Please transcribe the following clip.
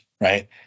right